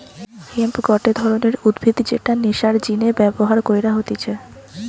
hemp গটে ধরণের উদ্ভিদ যেটা নেশার জিনে ব্যবহার কইরা হতিছে